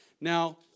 Now